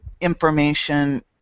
information